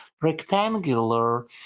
rectangular